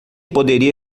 poderia